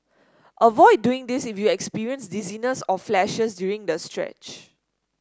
avoid doing this if you experience dizziness or flashes during the stretch